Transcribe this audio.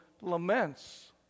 laments